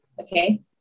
okay